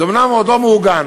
זה אומנם עוד לא מעוגן,